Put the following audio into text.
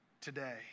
today